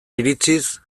iritziz